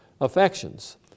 affections